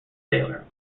sailor